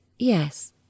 Yes